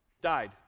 died